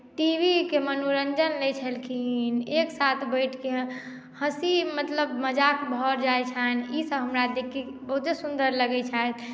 टीवीके मनोरञ्जन लैत छलखिन एक साथ बैठिके हँसी मतलब मजाक भऽ जाइत छनि ईसभ हमरा देखि कऽ बहुते सुन्दर लगैत छथि